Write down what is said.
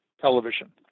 television